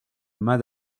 mas